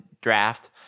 draft